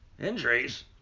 Injuries